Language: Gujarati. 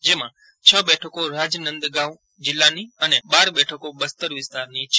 જેમાં છ સીટો રાજનંદગાંવ જીલ્લાની અને બાર સીટો બસ્તર વિસ્તારની છે